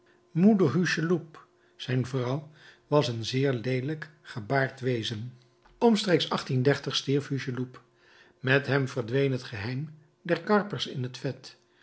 moeder hucheloup zijn vrouw was een zeer leelijk gebaard wezen omstreeks hucheloup met hem verdween het geheim der karpers in het vet